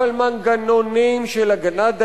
אבל מנגנונים של הגנת דייר,